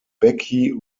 becky